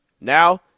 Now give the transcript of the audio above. Now